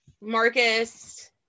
Marcus